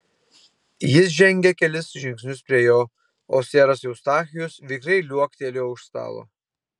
jis žengė kelis žingsnius prie jo o seras eustachijus vikriai liuoktelėjo už stalo